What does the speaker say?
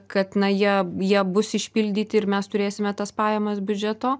kad na jie jie bus išpildyti ir mes turėsime tas pajamas biudžeto